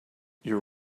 your